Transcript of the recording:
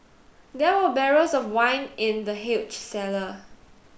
there were barrels of wine in the huge cellar